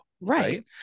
Right